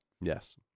yes